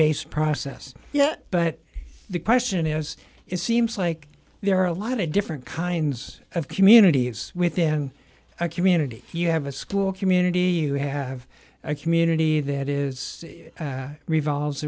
based process but the question is it seems like there are a lot of different kinds of communities within a community you have a school community you have a community that is revolves